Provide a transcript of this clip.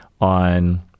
on